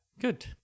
Good